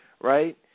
Right